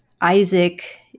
Isaac